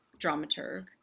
dramaturg